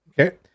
Okay